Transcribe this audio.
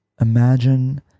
imagine